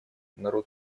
народ